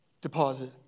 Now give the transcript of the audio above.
deposit